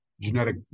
genetic